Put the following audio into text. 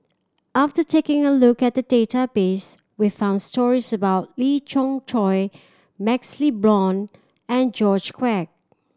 after taking a look at the database we found stories about Lee Choy MaxLe Blond and George Quek